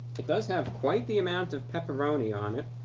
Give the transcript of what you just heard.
it does have quite the amount of pepperoni on it.